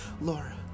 laura